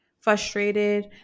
frustrated